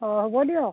অ হ'ব দিয়ক